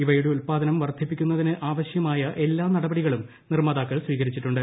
ഇവയുടെ ഉൽപാദനം വർദ്ധിപ്പിക്കുന്നതിന് ആവശ്യമായ എല്ലാ നടപടികളും നിർമ്മാതാക്കൾ സ്വീകരിച്ചിട്ടുണ്ട്